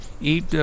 eat